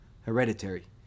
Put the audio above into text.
hereditary